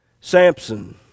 Samson